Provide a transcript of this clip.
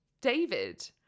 David